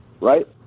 right